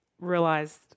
realized